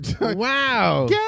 Wow